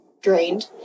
Drained